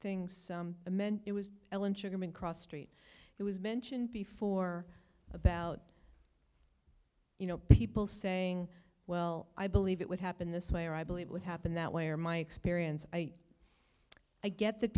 things meant it was ellen sugarman cross street it was mentioned before about you know people saying well i believe it would happen this way or i believe would happen that way or my experience i get that